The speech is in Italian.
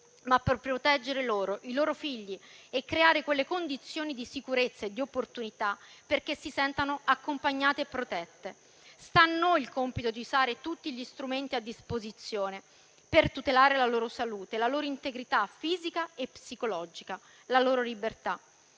ma per proteggerle, con i loro figli, e creare condizioni di sicurezza e di opportunità tali per cui si sentano accompagnate e protette. Sta a noi il compito di usare tutti gli strumenti a disposizione per tutelare la loro salute, la loro integrità fisica e psicologica e la loro libertà.